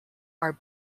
are